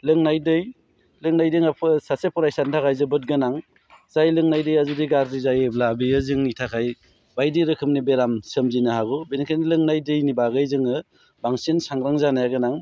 लोंनाय दै लोंनाय दैया सासे फरायसानि थाखाय जोबोद गोनां जाय लोंनाय दैया जुदि गाज्रि जायोब्ला बेयो जोंनि थाखाय बायदि रोखोमनि बेराम सोमजिहोनो हागौ बेनिखायनो लोंनाय दैनि बागै जोङो बांसिन सांग्रां जानाया गोनां